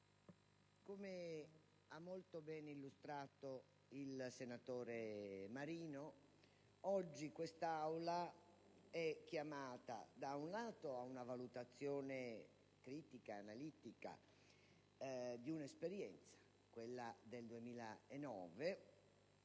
come ha molto ben illustrato il senatore Marino, oggi l'Aula del Senato è chiamata, da un lato, ad una valutazione critica e analitica di un'esperienza, quella del 2009,